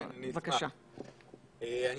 כן, אני אשמח.